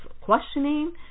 questioning